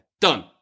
Done